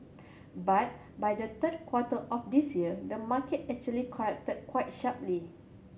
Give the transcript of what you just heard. but by the third quarter of this year the market actually corrected quite sharply